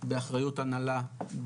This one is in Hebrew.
באחריות הנהלה,